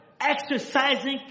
exercising